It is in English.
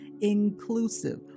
inclusive